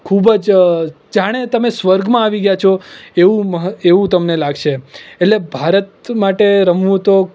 ખૂબ જ જાણે તમે સ્વર્ગમાં આવી ગયા છો એવું એવું તમને લાગશે એટલે ભારત માટે રમવું તો